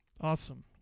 awesome